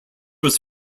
was